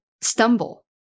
stumble